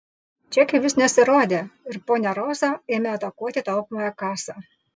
čekiai vis nesirodė ir ponia roza ėmė atakuoti taupomąją kasą